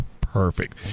perfect